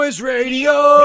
Radio